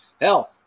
Hell